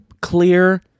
clear